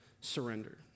surrender